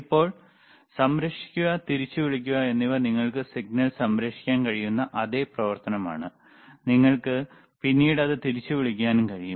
ഇപ്പോൾ സംരക്ഷിക്കുക തിരിച്ചുവിളിക്കുക എന്നിവ നിങ്ങൾക്ക് സിഗ്നൽ സംരക്ഷിക്കാൻ കഴിയുന്ന അതേ പ്രവർത്തനമാണ് നിങ്ങൾക്ക് പിന്നീട് അത് തിരിച്ചുവിളിക്കാനും കഴിയും